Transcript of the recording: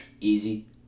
easy